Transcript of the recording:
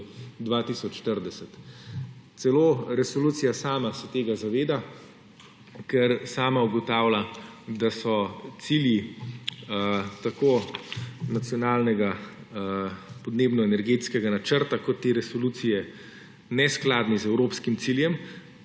2040. Celo resolucija sama se tega zaveda, ker sama ugotavlja, da so cilji tako Nacionalnega energetskega in podnebnega načrta kot te resolucije neskladni z evropskim ciljem,